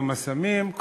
יום הסמים,